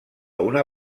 una